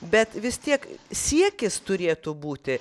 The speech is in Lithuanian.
bet vis tiek siekis turėtų būti